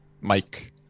Mike